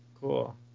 Cool